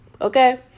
okay